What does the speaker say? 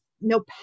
no